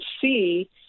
see